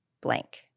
blank